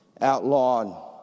outlawed